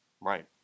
Right